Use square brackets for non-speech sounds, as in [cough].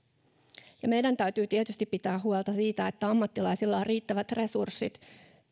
[unintelligible] [unintelligible] [unintelligible] meidän täytyy tietysti pitää huolta siitä että ammattilaisilla on riittävät resurssit